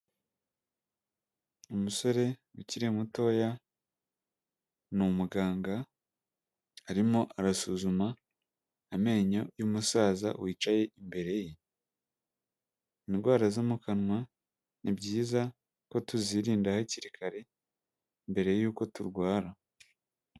Umusore ukiri mutoya ,ni umuganga arimo arasuzuma amenyo y'umusaza wicaye imbere ye. Indwara zo mu kanwa, ni byiza ko tuzirinda hakiri kare, mbere y'uko turwara.